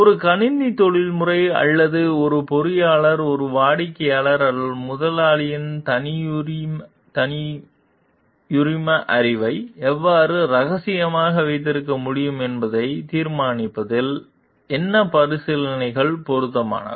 ஒரு கணினி தொழில்முறை அல்லது ஒரு பொறியியலாளர் ஒரு வாடிக்கையாளர் அல்லது முதலாளியின் தனியுரிம அறிவை எவ்வாறு ரகசியமாக வைத்திருக்க முடியும் என்பதை தீர்மானிப்பதில் என்ன பரிசீலனைகள் பொருத்தமானவை